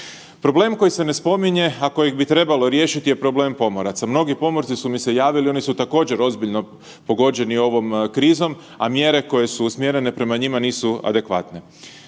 Problem koji se ne spominje, a kojeg bi trebalo riješiti je problem pomoraca. Mnogi pomorci su mi se javili oni su također ozbiljno pogođeni ovom krizom, a mjere koje su usmjerene prema njima nisu adekvatne.